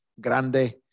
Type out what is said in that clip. grande